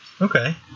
Okay